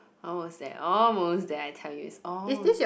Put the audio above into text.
oh almost there almost there I tell you